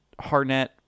Harnett